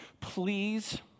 Please